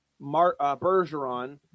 Bergeron